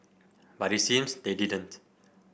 but it seems they didn't